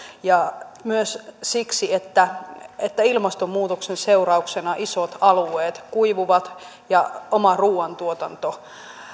ja myös siksi että että ilmastonmuutoksen seurauksena isot alueet kuivuvat ja oma ruoantuotanto